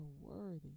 worthy